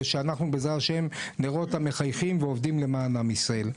ושאנחנו בעזרת השם נראה אותם מחייכים ועובדים למען עם ישראל.